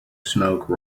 smoke